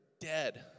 dead